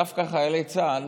דווקא חיילי צה"ל